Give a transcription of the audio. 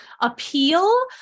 appeal